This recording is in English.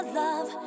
love